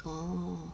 orh